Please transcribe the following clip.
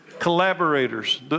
collaborators